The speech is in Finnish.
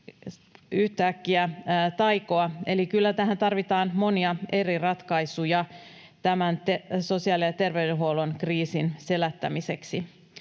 yhtäkkiä taikomaan. Eli kyllä tähän tarvitaan monia eri ratkaisuja tämän sosiaali- ja ter-veydenhuollon kriisin selättämiseksi.